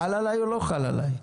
חל עלי או לא חל עלי?